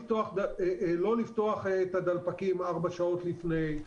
לא לפתוח את הדלפקים ארבע שעות לפני,